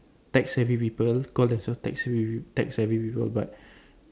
tech savvy people call themselves tech savvy tech savvy but